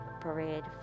parade